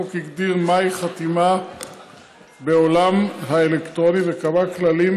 החוק הגדיר מהי חתימה בעולם האלקטרוני וקבע כללים